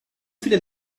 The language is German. viele